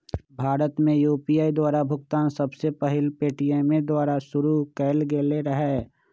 भारत में यू.पी.आई द्वारा भुगतान सबसे पहिल पेटीएमें द्वारा पशुरु कएल गेल रहै